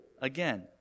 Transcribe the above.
again